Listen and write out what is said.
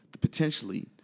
potentially